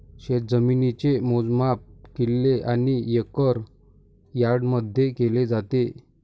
शेतजमिनीचे मोजमाप किल्ले आणि एकर यार्डमध्ये केले जाते